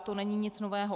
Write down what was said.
To není nic nového.